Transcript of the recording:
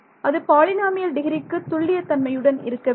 அது பாலினாமியல் டிகிரிக்கு துல்லிய தன்மையுடன் இருக்க வேண்டும்